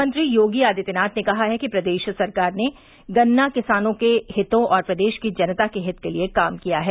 मुख्यमंत्री योगी आदित्यनाथ ने कहा है कि प्रदेश सरकार ने गन्ना किसानों के हितों और प्रदेश की जनता के हित के लिए काम किया है